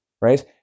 right